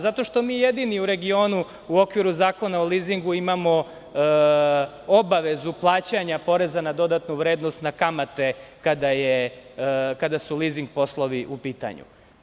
Zato što mi jedini u regionu, u okviru Zakona o lizingu, imamo obavezu plaćanja PDV na kamate kada su lizing poslovi u pitanju.